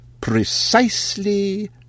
precisely